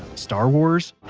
star wars.